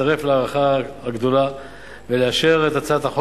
להצטרף להערכה הגדולה ולאשר את הצעת החוק